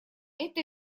это